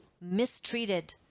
mistreated